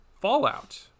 fallout